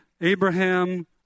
Abraham